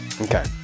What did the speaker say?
Okay